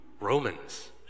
Romans